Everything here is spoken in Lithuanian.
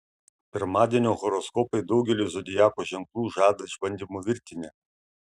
pirmadienio horoskopai daugeliui zodiako ženklų žada išbandymų virtinę